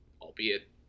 albeit